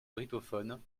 brittophones